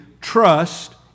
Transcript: trust